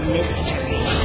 Mystery